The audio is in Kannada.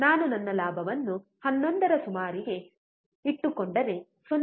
ನಾನು ನನ್ನ ಲಾಭವನ್ನು 11 ರ ಸುಮಾರಿಗೆ ಇಟ್ಟುಕೊಂಡರೆ 0